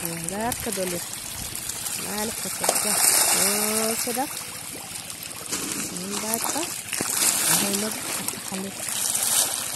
Owongarka doler malihka kapja kosida, inenbata ajowlog agka halero.